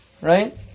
right